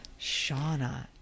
Shauna